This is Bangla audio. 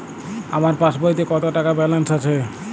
আমার পাসবইতে কত টাকা ব্যালান্স আছে?